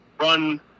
run